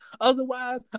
Otherwise